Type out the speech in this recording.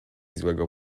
złego